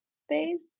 space